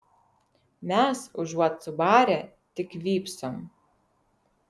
mes užuot subarę tik vypsom